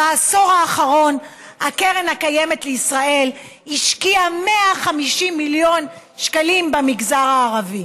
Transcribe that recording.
בעשור האחרון הקרן הקיימת לישראל השקיעה 150 מיליון שקלים במגזר הערבי.